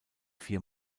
vier